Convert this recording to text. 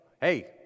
hey